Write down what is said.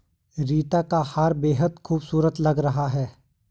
रीता का हार बेहद खूबसूरत लग रहा है